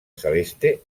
celeste